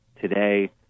today